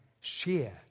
share